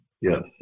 yes